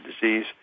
disease